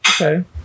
Okay